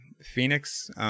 Phoenix